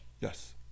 Yes